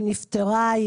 נפטרה,